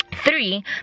Three